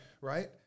right